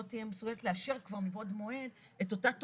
תהיה מסוגלת לאשר כבר מבעוד מועד את אותה תכנית,